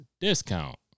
discount